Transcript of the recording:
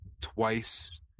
twice